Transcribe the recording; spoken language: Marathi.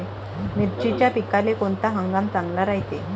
मिर्चीच्या पिकाले कोनता हंगाम चांगला रायते?